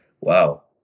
Wow